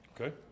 Okay